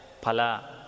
Pala